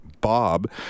Bob